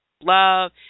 Love